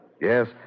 Yes